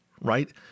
right